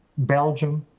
belgium,